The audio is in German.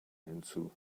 hinzu